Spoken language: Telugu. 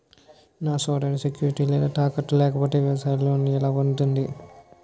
నా సోదరికి సెక్యూరిటీ లేదా తాకట్టు లేకపోతే వ్యవసాయ లోన్ ఎలా పొందుతుంది?